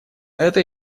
это